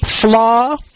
flaw